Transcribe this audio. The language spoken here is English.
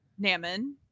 Naman